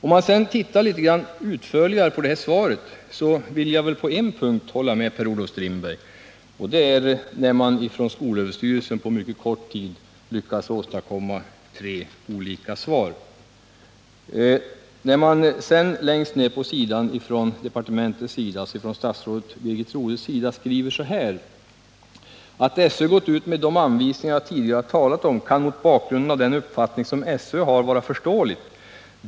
När jag sedan tittar mer ingående på svaret vill jag på en punkt hålla med Per-Olof Strindberg, nämligen att man på SÖ på mycket kort tid lyckats åstadkomma tre olika svar. Vidare har man från departementets, dvs. statsrådet Rodhes sida, i svaret skrivit: ”Att SÖ gått ut med de anvisningar jag tidigare har talat om kan, mot bakgrund av den uppfattning som SÖ har, vara förståeligt.